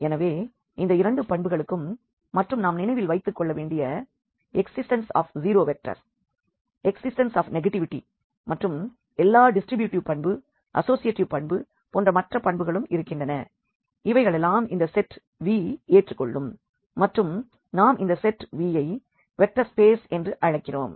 எனவே இந்த 2 பண்புகளுக்கும் மற்றும் நாம் நினைவில் வைத்துக்கொள்ள வேண்டிய existence of zero vector existence of negativity மற்றும் எல்லா டிஸ்ட்ரிபியூட்டிவ் பண்பு அசோசியேட்டிவ் பண்பு போன்ற மற்ற பண்புகளும் இருக்கின்றன இவைகளெல்லாம் இந்த செட் V ஏற்றுக்கொள்ளும் மற்றும் நாம் இந்த செட் V ஐ வெக்டார் ஸ்பேஸ் என்று அழைக்கிறோம்